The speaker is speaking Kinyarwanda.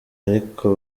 ariko